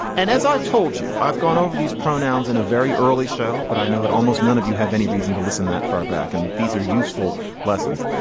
and as i've told you i've gone over these pronouns in a very early show but i know that almost none of you have any reason to listen that far back and these are useful lessons.